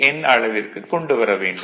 8n அளவிற்கு கொண்டு வர வேண்டும்